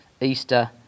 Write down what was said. Easter